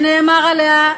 שנאמר עליה: